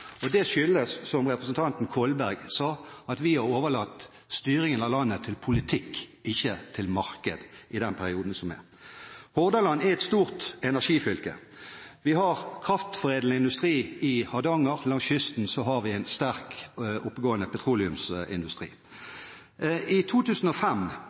og nyte godt av de gledene. Og det skyldes, som representanten Kolberg sa, at vi har overlatt styringen av landet til politikk – og ikke til marked – i denne perioden. Hordaland er et stort energifylke. Vi har kraftforedlende industri i Hardanger. Langs kysten har vi en sterk og oppegående petroleumsindustri. I valgkampen i 2005